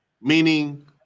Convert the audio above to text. meaning